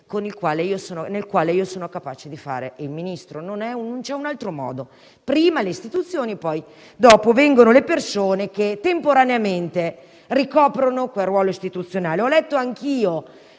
modo in cui sono capace di fare il Ministro; non c'è un altro modo. Prima vengono le istituzioni, poi vengono le persone che temporaneamente ricoprono un ruolo istituzionale. Ho letto anch'io